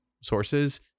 sources